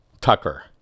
Tucker